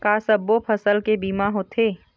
का सब्बो फसल के बीमा होथे?